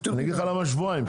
אני אגיד לך למה שבועיים,